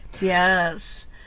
Yes